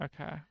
Okay